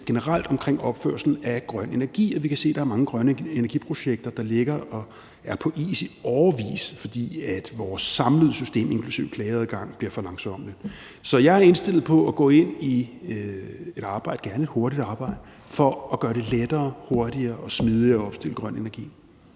processer omkring opførelse af anlæg til grøn energi, og vi kan se, at der er mange grønne energiprojekter, der ligger og er på is i årevis, fordi vores samlede system, inklusive klageadgang, bliver for langsommeligt. Så jeg er indstillet på at gå ind i et arbejde, gerne et hurtigt arbejde, for at gøre det lettere, hurtigere og smidigere at opstille anlæg